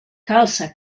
calça